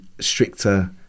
stricter